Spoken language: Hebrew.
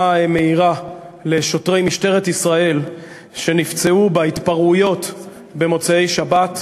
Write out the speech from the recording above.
מהירה לשוטרי משטרת ישראל שנפצעו בהתפרעויות במוצאי שבת,